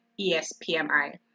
ESPMI